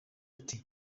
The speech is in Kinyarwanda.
ati